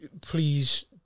please